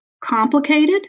complicated